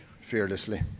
fearlessly